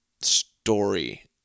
story